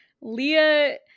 Leah